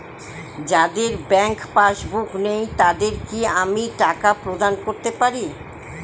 যাদের bank passbook নেই তাদের কি আমি টাকা প্রদান করতে পারি?